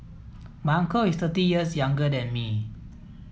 my uncle is thirty years younger than me